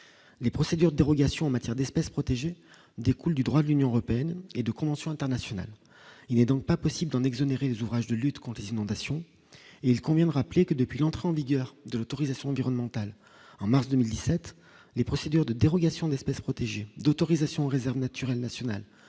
les procédures dérogations en matière d'espèces protégées découle du droit de l'Union européenne et de conventions internationales, il n'est donc pas possible d'en exonérer les ouvrages de lutte contre inondations, il convient de rappeler que, depuis l'entrée en vigueur de l'autorisation environnementale en mars 2017, les procédures de dérogation d'espèces protégées d'autorisation réserve naturelle nationale